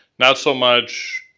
not so much,